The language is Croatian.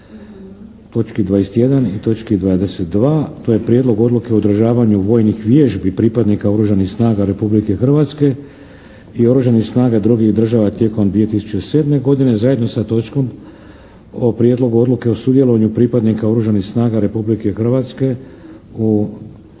to je - Prijedlog odluke o održavanju vojnih vježbi pripadnika oružanih snaga Republike Hrvatske i oružanih snaga drugih država tijekom 2007. godine - Prijedlog odluke o sudjelovanju pripadnika Oružanih snaga Republike Hrvatske u NATO